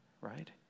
right